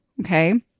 Okay